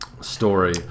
Story